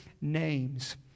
names